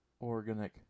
Organic